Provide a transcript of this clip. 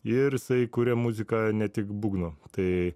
ir jisai kuria muziką ne tik būgno tai